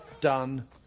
Done